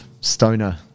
stoner